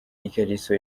ikariso